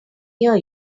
near